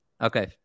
Okay